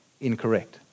incorrect